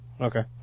Okay